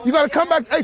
gotta come back.